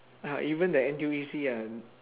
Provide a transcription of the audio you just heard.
ah even the N_T_U_C uh